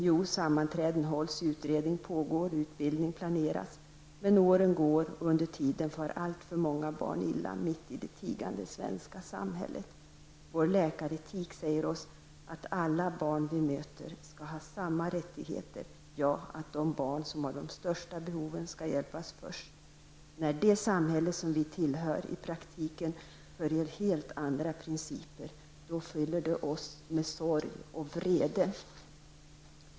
''Jo, sammanträden hålls, utredning pågår, utbildning planeras. Men åren går och under tiden far alltför många barn illa mitt i det tigande svenska samhället,'' säger de. Vidare framhåller de: ''Vår läkaretik säger oss att alla barn vi möter ska ha samma rättigheter, ja att de barn som har de största behoven ska hjälpas först. När det samhälle som vi tillhör i praktiken följer helt andra principer, fyller det oss med sorg och vrede.''